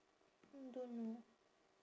don't know